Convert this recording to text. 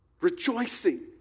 rejoicing